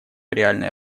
реальной